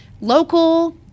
local